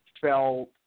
felt